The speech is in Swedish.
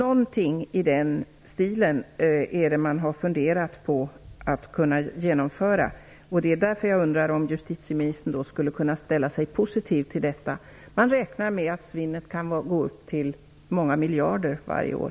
Försäkringsbolagen har funderat på att genomföra någonting i den stilen. Därför undrar jag om justitieministern skulle kunna ställa sig positiv till detta. Man räknar med att svinnet kan var många miljarder varje år.